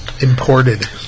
Imported